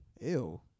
Ew